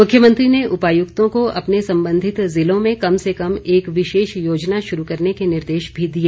मुख्यमंत्री ने उपायुक्तों को अपने संबंधित जिलों में कम से कम एक विशेष योजना शुरू करने के निर्देश भी दिए